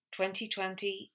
2020